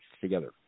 together